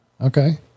Okay